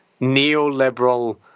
neoliberal